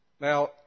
Now